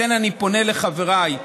לכן אני פונה לחבריי,